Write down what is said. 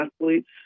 Athletes